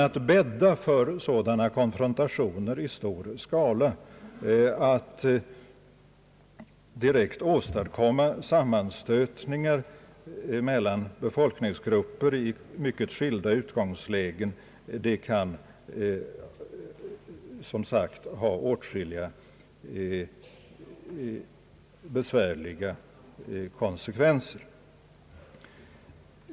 Att bädda för sådana konfrontationer i stor skala, att direkt åstadkomma sammanstötningar mellan befolkningsgrupper i mycket skilda utgångslägen, kan dock som sagt medföra åtskilliga besvärliga konsekvenser.